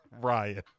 Ryan